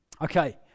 Okay